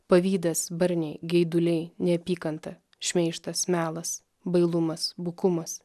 pavydas barniai geiduliai neapykanta šmeižtas melas bailumas bukumas